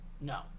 No